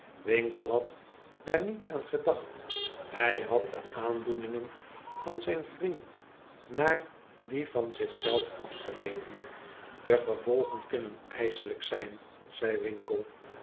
winkle had daar niet aan gedacht hij had de aandoeningen van zijn vriend naar die van zich zelf afgemeten de gevolgen kunnen ijselijk zijn zei winkle